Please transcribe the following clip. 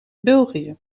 belgië